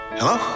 Hello